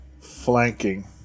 flanking